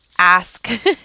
ask